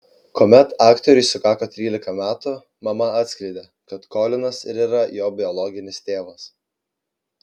kuomet aktoriui sukako trylika metų mama atskleidė kad kolinas ir yra jo biologinis tėvas